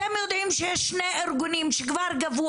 אתם יודעים שיש שני ארגונים שכבר גבו